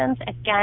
again